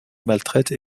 maltraite